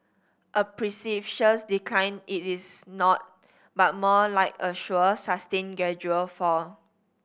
a precipitous decline it is not but more like a sure sustained gradual fall